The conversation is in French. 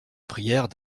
prièrent